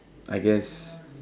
I guess